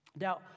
Now